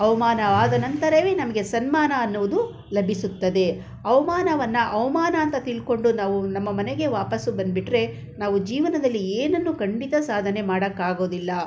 ಅವಮಾನವಾದ ನಂತರವೇ ನಮಗೆ ಸನ್ಮಾನ ಅನ್ನುವುದು ಲಭಿಸುತ್ತದೆ ಅವಮಾನವನ್ನು ಅವಮಾನ ಅಂತ ತಿಳ್ಕೊಂಡು ನಾವು ನಮ್ಮ ಮನೆಗೆ ವಾಪಸ್ಸು ಬಂದ್ಬಿಟ್ಟರೆ ನಾವು ಜೀವನದಲ್ಲಿ ಏನನ್ನು ಖಂಡಿತ ಸಾಧನೆ ಮಾಡೋಕ್ಕಾಗೋದಿಲ್ಲ